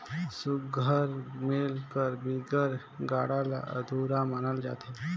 सुग्घर मेल कर बिगर गाड़ा ल अधुरा मानल जाथे